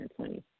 2020